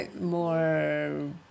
more